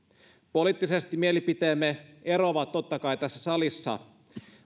poliittisesti mielipiteemme eroavat totta kai tässä salissa